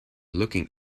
looking